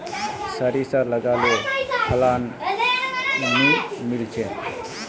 सारिसा लगाले फलान नि मीलचे?